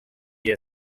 year